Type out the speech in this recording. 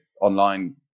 online